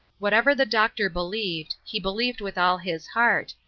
whatever the doctor believed, he believed with all his heart,